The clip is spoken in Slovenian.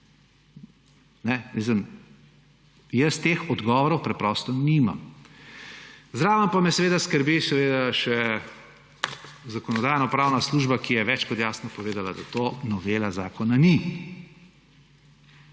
Jaz teh odgovorov preprosto nimam. Zraven pa me seveda skrbi še Zakonodajno-pravna služba, ki je več kot jasno povedala, da to novela zakona ni.